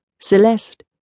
Celeste